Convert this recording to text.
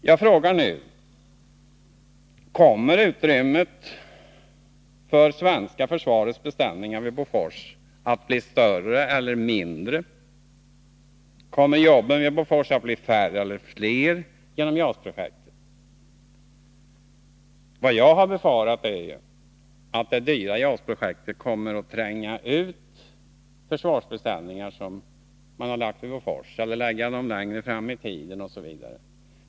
Jag frågar nu: Kommer utrymmet för det svenska försvarets beställningar vid Bofors att bli större eller mindre? Kommer jobben vid Bofors att bli färre eller fler genom JAS-projektet? Vad jag har befarat är ju att det dyra JAS-projektet kommer att tränga ut försvarsbeställningar som man har gjort hos Bofors, skjuta fram dem i tiden osv.